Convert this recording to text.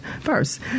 first